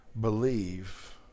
believe